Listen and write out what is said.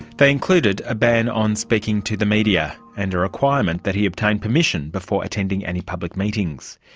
they included a ban on speaking to the media and a requirement that he obtain permission before attending any public meetings.